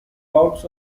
bouts